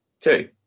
two